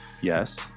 Yes